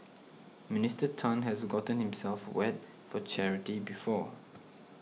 Minister Tan has gotten himself wet for charity before